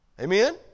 Amen